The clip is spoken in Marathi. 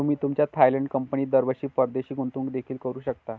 तुम्ही तुमच्या थायलंड कंपनीत दरवर्षी परदेशी गुंतवणूक देखील करू शकता